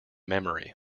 memory